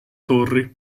torri